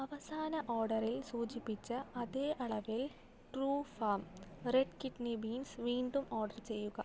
അവസാന ഓഡറിൽ സൂചിപ്പിച്ച അതേ അളവിൽ ട്രൂഫാം റെഡ് കിഡ്നി ബീൻസ് വീണ്ടും ഓർഡർ ചെയ്യുക